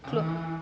keluar